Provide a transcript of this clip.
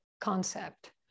concept